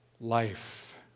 life